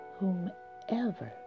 Whomever